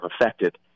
affected